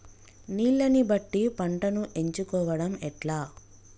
నీళ్లని బట్టి పంటను ఎంచుకోవడం ఎట్లా?